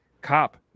Cop